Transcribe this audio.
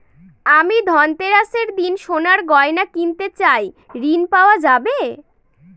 আমি ধনতেরাসের দিন সোনার গয়না কিনতে চাই ঝণ পাওয়া যাবে?